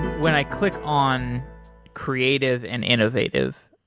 when i click on creative and innovative,